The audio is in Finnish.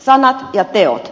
sanat ja teot